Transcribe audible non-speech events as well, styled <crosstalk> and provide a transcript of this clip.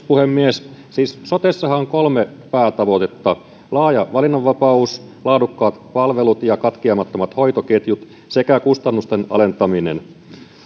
<unintelligible> puhemies siis sotessahan on kolme päätavoitetta laaja valinnanvapaus laadukkaat palvelut ja katkeamattomat hoitoketjut sekä kustannusten alentaminen